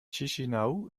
chișinău